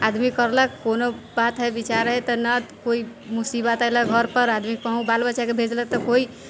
आदमी करलक कोनो बात है विचार है तऽ ने कोनो मुसीबत एलक घरपर आदमी कहुँ बाल बच्चाके भेजलक तऽ कोइ